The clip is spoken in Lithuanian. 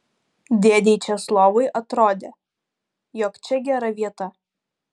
dėdei česlovui atrodė jog čia gera vieta